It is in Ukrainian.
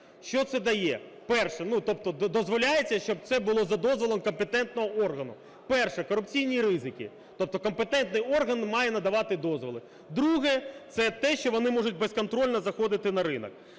Що це дає? Перше. Ну тобто дозволяється, щоб це було за дозволом компетентного органу. Перше. Корупційні ризики. Тобто компетентний орган має надавати дозволи. Друге. Це те, що вони можуть безконтрольно заходити на ринок.